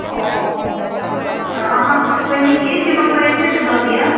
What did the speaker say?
ओ अच्छा अहाँ पहिने केँ छियै अपन परिचय तऽ दऽ दिअ